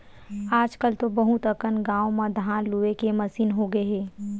आजकल तो बहुत अकन गाँव म धान लूए के मसीन होगे हे